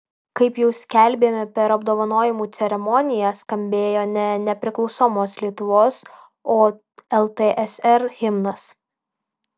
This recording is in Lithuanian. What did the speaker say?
kaip jau skelbėme per apdovanojimų ceremoniją skambėjo ne nepriklausomos lietuvos o ltsr himnas